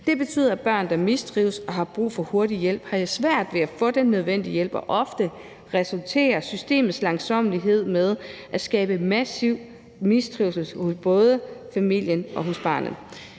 Det betyder, at børn, der mistrives og har brug for hurtig hjælp, har svært ved at få den nødvendige hjælp, og ofte resulterer systemets langsommelighed i, at der skabes massiv mistrivsel hos både familien og barnet.